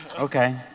Okay